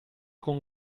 con